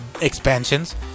expansions